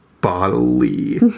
Bodily